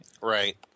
Right